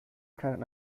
kein